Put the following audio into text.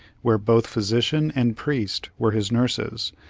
where both physician and priest were his nurses,